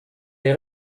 les